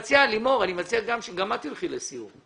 לימור, אני מציע שגם את תלכי לסיור.